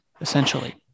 essentially